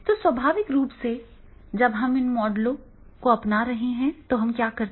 तो स्वाभाविक रूप से जब हम इन मॉडलों को अपना रहे हैं तो हम क्या करते हैं